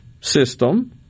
system